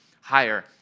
higher